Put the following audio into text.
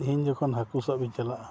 ᱤᱧ ᱡᱚᱠᱷᱚᱱ ᱦᱟᱹᱠᱩ ᱥᱟᱵᱼᱤᱧ ᱪᱟᱞᱟᱜᱼᱟ